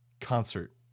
concert